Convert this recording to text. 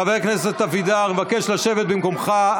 חבר הכנסת אבידר, אני מבקש לשבת במקומך.